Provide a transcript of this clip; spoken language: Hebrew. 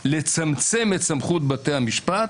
לצמצם את סמכות בתי המשפט,